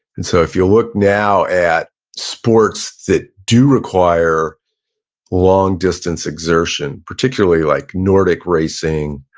and so if you look now at sports that do require long-distance exertion, particularly like, nordic racing,